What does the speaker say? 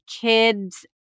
kid's